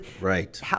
right